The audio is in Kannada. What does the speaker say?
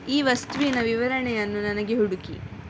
ಈ ವಸ್ತುವಿನ ವಿವರಣೆಯನ್ನು ನನಗೆ ಹುಡುಕಿ